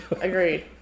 Agreed